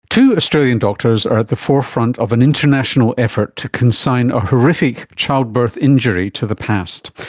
two australian doctors are at the forefront of an international effort to consign a horrific childbirth injury to the past.